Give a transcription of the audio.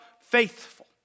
faithful